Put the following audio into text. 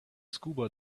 scuba